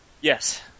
Yes